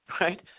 right